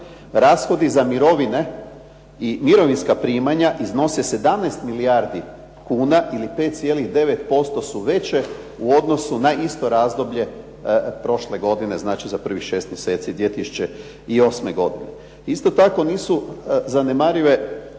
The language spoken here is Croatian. Rashodi za mirovine i mirovinska primanja iznose 17 milijardi kuna ili 5,9% su veće u odnosu na isto razdoblje prošle godine, znači za prvih 6 mjeseci 2008. godine. Isto tako nisu zanemarive naknade